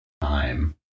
time